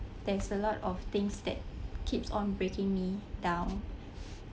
there is a lot of things that keeps on breaking me down